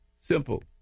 Simple